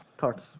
Thoughts